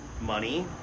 money